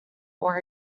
were